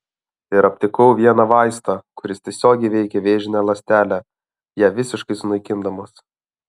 ir aptikau vieną vaistą kuris tiesiogiai veikia vėžinę ląstelę ją visiškai sunaikindamas